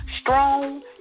strong